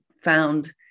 found